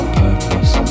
purpose